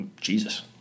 Jesus